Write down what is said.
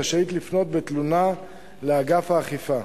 רשאי לפנות בתלונה לאגף האכיפה.